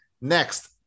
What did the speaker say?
Next